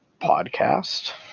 podcast